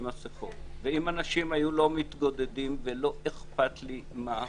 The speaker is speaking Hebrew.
מסכות ואם אנשים היו לא מתגודדים לא אכפת לי מה הסיבה,